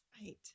Right